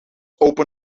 open